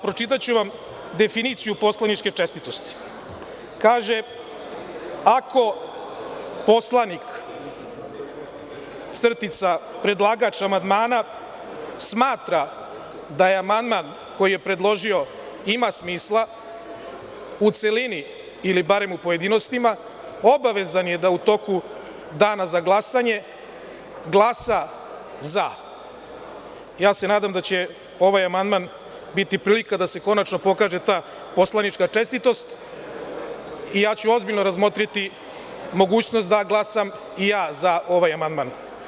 Pročitaću vam definiciju poslaničke čestitosti: „Ako poslanik – predlagač amandmana smatra da amandman koji je predložio ima smisla, u celini ili u pojedinostima, obavezan je da u toku Dana za glasanje glasa za.“ Nadam se da će ovaj amandman biti prilika da se konačno pokaže ta poslanička čestitost i ja ću ozbiljno razmotriti mogućnost da glasam i ja za ovaj amand-man.